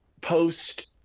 post-